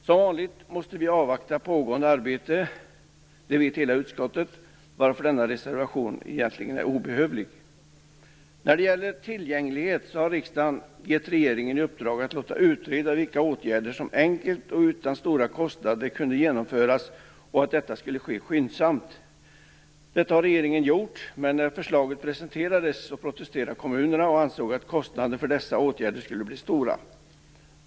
Som vanligt måste vi avvakta pågående arbete, det vet hela utskottet, varför denna reservation egentligen är obehövlig. När det gäller tillgänglighet har riksdagen gett regeringen i uppdrag att låta utreda vilka åtgärder som enkelt och utan stora kostnader kunde genomföras. Detta skulle ske skyndsamt. Detta har regeringen gjort, men när förslaget presenterades protesterade kommunerna och ansåg att kostnaderna för dessa åtgärder skulle bli stora.